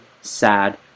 sad